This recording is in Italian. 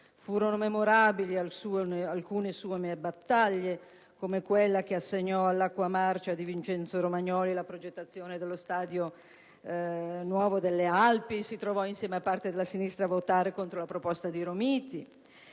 Furono memorabili alcune battaglie, come quella che assegnò all'Acqua Marcia di Vincenzo Romagnoli la progettazione del nuovo stadio "Delle Alpi"; si trovò insieme a parte della sinistra a votare contro la proposta di Romiti.